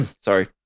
sorry